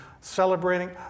celebrating